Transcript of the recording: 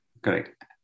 Correct